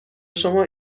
شما